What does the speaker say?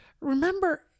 remember